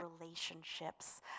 relationships